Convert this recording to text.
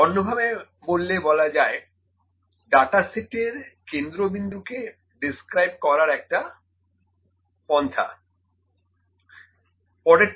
অন্যভাবে বললে বলা যায় ডাটা সেটের কেন্দ্র বিন্দুকে ডেস্ক্রাইব করার একটা পন্থা